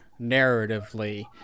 narratively